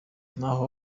naho